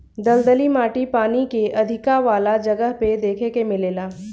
दलदली माटी पानी के अधिका वाला जगह पे देखे के मिलेला